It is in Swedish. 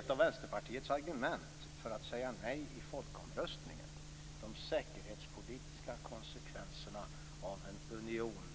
Ett av Vänsterpartiets argument för att säga nej i folkomröstningen var de säkerhetspolitiska konsekvenserna av en union